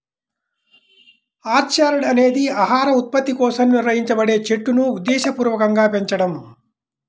orchard అనేది ఆహార ఉత్పత్తి కోసం నిర్వహించబడే చెట్లును ఉద్దేశపూర్వకంగా పెంచడం